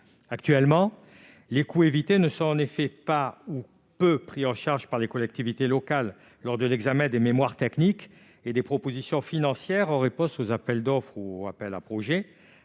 Actuellement, les coûts évités ne sont pas ou peu pris en compte par les collectivités locales lors de l'examen des mémoires techniques et des propositions financières en réponse aux appels d'offres et appels à projets,